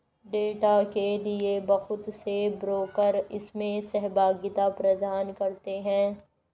data के लिये बहुत से ब्रोकर इसमें सहभागिता प्रदान करते हैं